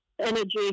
energy